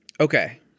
Okay